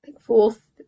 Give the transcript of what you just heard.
fourth